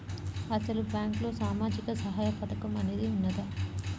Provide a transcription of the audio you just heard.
అసలు బ్యాంక్లో సామాజిక సహాయం పథకం అనేది వున్నదా?